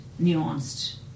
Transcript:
nuanced